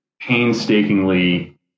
painstakingly